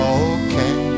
okay